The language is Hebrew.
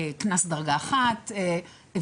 קנס דרגה 1 וכו'.